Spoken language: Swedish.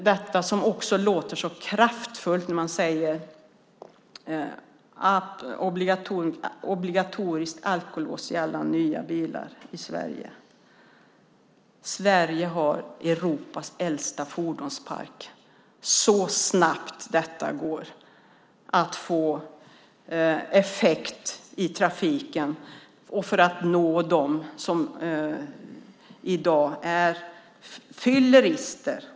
Det låter så kraftfullt när man pläderar för obligatoriskt alkolås i alla nya bilar i Sverige. Sverige har Europas äldsta fordonspark. Det går inte så snabbt att få effekt i trafiken och nå dem som är rattfyllerister.